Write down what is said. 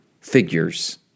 figures